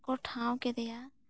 ᱨᱮ ᱠᱚ ᱴᱷᱟᱶ ᱠᱮᱫᱮᱭᱟ